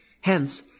Hence